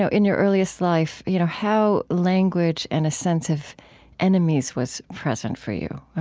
ah in your earliest life, you know how language and a sense of enemies was present for you,